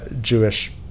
Jewish